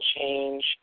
change